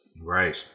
Right